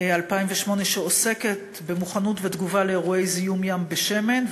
2008 שעוסקת במוכנות ותגובה על אירועי זיהום ים בשמן,